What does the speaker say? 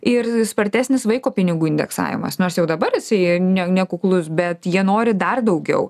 ir spartesnis vaiko pinigų indeksavimas nors jau dabar jisai ne nekuklus bet jie nori dar daugiau